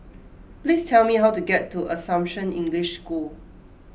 please tell me how to get to Assumption English School